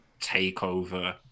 takeover